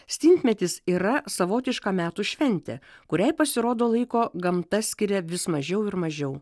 stintmetis yra savotiška metų šventė kuriai pasirodo laiko gamta skiria vis mažiau ir mažiau